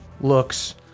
looks